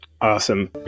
Awesome